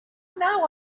now